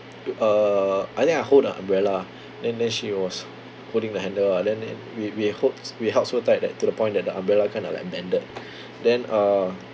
uh I think I hold the umbrella then then she was holding the handle lah then then we we hold we held so tight that to the point that the umbrella kind of like bended then uh